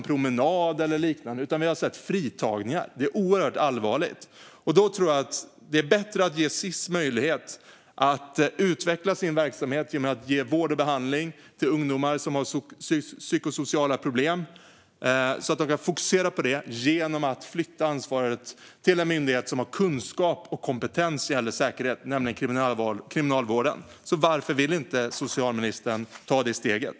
Det är inte bara så att ungdomar har avvikit på en promenad eller liknande. Det är bättre att ge Sis möjlighet att utveckla sin verksamhet att ge vård och behandling till ungdomar som har psykosociala problem och att de kan fokusera på det genom att flytta ansvaret till den myndighet som har kunskap och kompetens när det gäller säkerhet, nämligen Kriminalvården. Varför vill inte socialministern ta det steget?